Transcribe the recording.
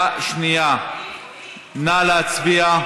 לוועדת החוקה, חוק ומשפט נתקבלה.